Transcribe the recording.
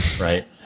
Right